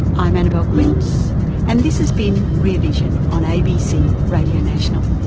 i'm annabelle quince and this has been rear vision on abc radio national.